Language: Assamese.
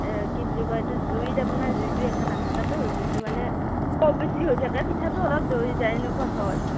কি বুলি কয় এইটো জুইত আপোনাৰ জুইটো একে নাথাকেতো জুইটো মানে কম বেছি হৈ থাকে পিঠাটো অলপ দৈ যায় এনেকুৱা হয়